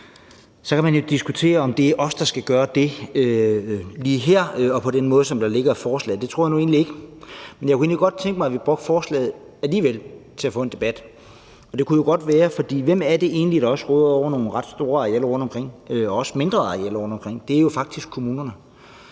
Så kan man jo diskutere, om det er os, der skal gøre det lige her og på den måde, som der ligger i forslaget. Det tror jeg nu egentlig ikke, men jeg kunne alligevel godt tænke mig, at vi brugte forslaget til at få en debat. For hvem er det egentlig, der også råder over nogle ret store arealer og også mindre arealer rundtomkring? Det er jo faktisk kommunerne,